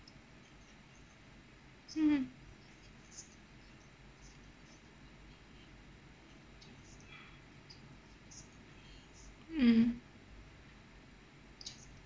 mm mm